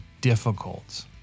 difficult